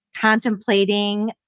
contemplating